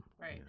Right